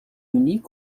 unique